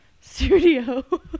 Studio